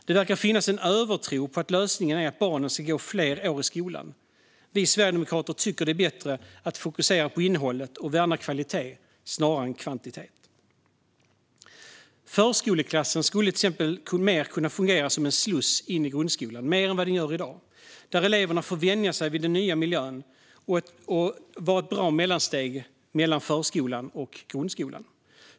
Det verkar finnas en övertro på att lösningen är att barnen ska gå fler år i skolan. Vi sverigedemokrater tycker att det är bättre att fokusera på innehållet och värna kvalitet snarare än kvantitet. Förskoleklassen skulle till exempel mer än i dag kunna fungera som en sluss in grundskolan, där eleverna får vänja sig vid den nya miljön i något som är ett bra mellansteg mellan förskolan och grundskolan.